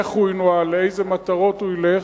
איך הוא ינוהל, לאיזה מטרות הוא ילך,